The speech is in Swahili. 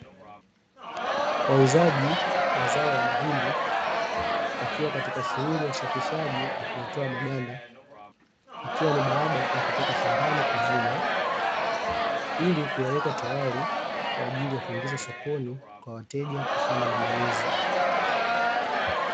Wauzaji wa zao la mahindi, wakiwa katika shughuli ya usafishaji na kuyatoa maganda, ikiwa ni baada ya kutoka shambani kuvunwa, ili kuyaweka tayari, kwaajili ya kuingizwa sokoni kwa wateja kufanya manunuzi.